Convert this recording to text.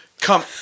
come